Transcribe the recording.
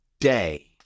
Day